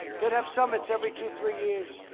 they'd have summits every two, three years,